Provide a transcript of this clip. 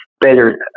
better